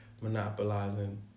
monopolizing